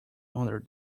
under